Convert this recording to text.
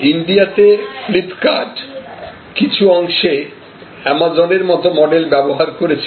ইন্ডিয়াতে ফ্লিপকার্ট কিছু অংশে অ্যামাজন এর মত মডেল ব্যবহার করেছে